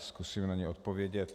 Zkusím na ni odpovědět.